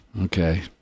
Okay